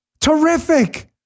Terrific